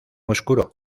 oscuro